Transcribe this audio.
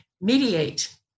mediate